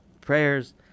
prayers